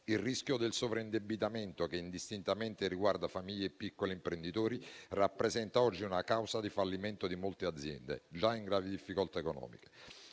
Il rischio di sovraindebitamento che indistintamente riguarda famiglie e piccoli imprenditori rappresenta oggi una causa di fallimento di molte aziende, già in gravi difficoltà economiche;